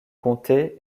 comté